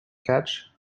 catch